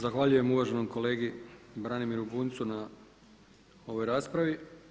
Zahvaljujem uvaženom kolegi Branimiru Bunjcu na ovoj raspravi.